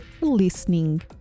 listening